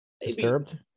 disturbed